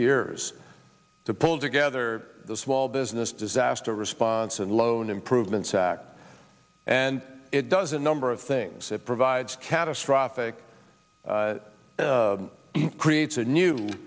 years to pull together the small business disaster response and loan improvements act and it does in number of things it provides catastrophic creates a new